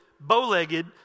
bow-legged